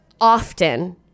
often